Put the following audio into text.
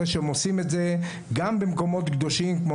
שהם עושים את זה גם במקומות קדושים כמו